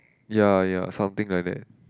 ya ya something like that